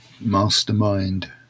Mastermind